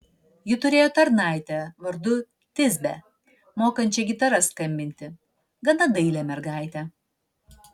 ji turėjo tarnaitę vardu tisbę mokančią gitara skambinti gana dailią mergaitę